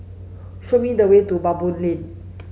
show me the way to Baboo Lane